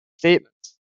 statements